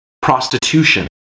prostitution